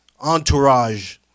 entourage